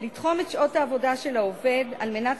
לתחום את שעות העבודה של העובד על מנת